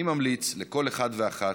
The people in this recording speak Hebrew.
אני ממליץ לכל אחד ואחת,